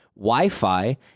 Wi-Fi